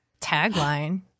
tagline